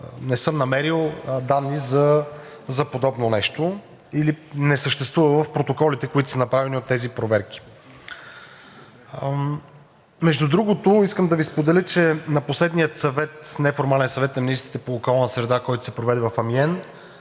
не съм намерил данни за подобно нещо или не съществува в протоколите, които са направени от тези проверки. Между другото искам да Ви споделя, че на последния съвет, неформален съвет на министрите по околна среда, който се проведе в Амиен,